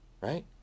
right